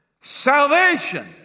salvation